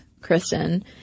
Kristen